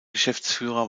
geschäftsführer